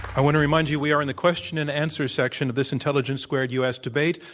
i want to remind you we are in the question and answer section of this intelligence squared u. s. debate.